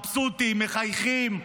מבסוטים, מחייכים,